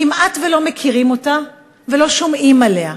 כמעט שלא מכירים אותה ולא שומעים עליה,